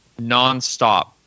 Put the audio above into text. nonstop